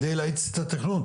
על מנת להאיץ את התכנון,